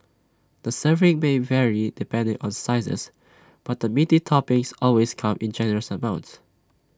the serving may vary depending on sizes but the meaty toppings always come in generous amounts